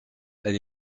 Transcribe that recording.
elle